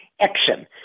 action